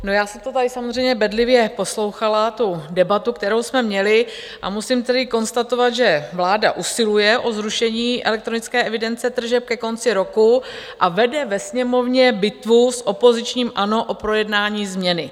Já jsem to tady samozřejmě bedlivě poslouchala, tu debatu, kterou jsme měli, a musím tedy konstatovat, že vláda usiluje o zrušení elektronické evidence tržeb ke konci roku a vede ve Sněmovně bitvu s opozičním ANO o projednání změny.